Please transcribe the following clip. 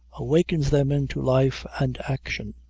awakens them into life and action.